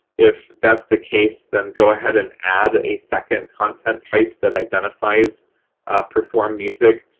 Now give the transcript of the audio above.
if that's the case, then go ahead and add a second content type that identifies performed music.